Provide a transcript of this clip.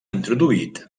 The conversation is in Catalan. introduït